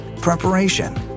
preparation